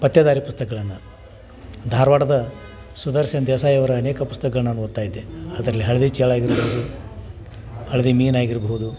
ಪತ್ತೆದಾರಿ ಪುಸ್ತಕಗಳನ್ನ ಧಾರವಾಡದ ಸುದರ್ಶನ್ ದೇಸಾಯಿ ಅವರ ಅನೇಕ ಪುಸ್ತಕ್ಗಳನ್ನು ನಾನು ಓದ್ತಾ ಇದ್ದೆ ಅದರಲ್ಲಿ ಹಳದಿ ಚೇಳು ಆಗಿರ್ಬೋದು ಹಳದಿ ಮೀನು ಆಗಿರಬಹುದು